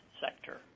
sector